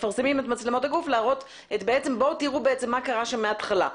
ומראים מה קרה שם מההתחלה.